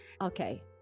Okay